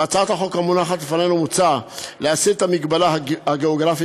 בהצעת החוק המונחת לפנינו מוצע להסיר את המגבלה הגיאוגרפית,